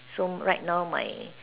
so right now my